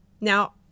Now